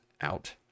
out